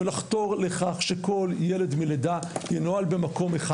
ולחתור לכך שכל ילד מלידה ינוהל במקום אחד.